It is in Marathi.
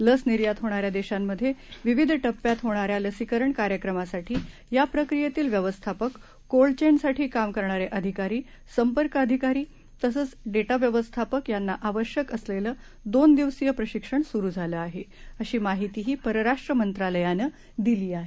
लस निर्यात होणाऱ्या देशांमध्ये विविध टप्प्यात होणाऱ्या लसीकरण कार्यक्रमासाठी या प्रक्रियेतील व्यवस्थापक कोल्ड चैन साठी काम करणारे अधिकारी संपर्क अधिकारी तसेच डेटा व्यवस्थापक यांना आवश्यक असलेलं दोन दिवसीय प्रशिक्षण सुरु झालं आहे अशी माहितीही परराष्ट्र मंत्रालयानं दिली आहे